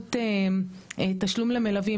בדמות תשלום למלווים,